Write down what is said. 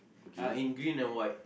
uh in green and white